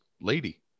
lady